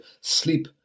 Sleep